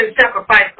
sacrifice